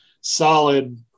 solid